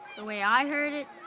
the way i heard it,